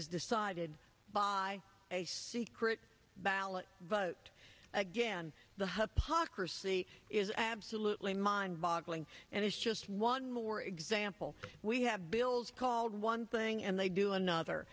is decided by a secret ballot but again the hub pocker see is absolutely mind boggling and it's just one more example we have bills called one thing and they do another